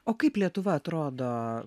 o kaip lietuva atrodo